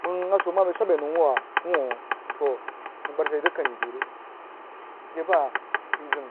Mang aso mah bəi swab ve nou wah wuuh nəng gbar she zəg kani zəg bəi re a she yí zəm